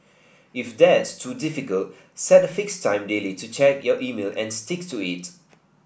if that's too difficult set a fixed time daily to check your email and stick to it